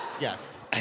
Yes